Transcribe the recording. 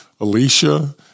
Alicia